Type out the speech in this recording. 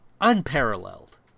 unparalleled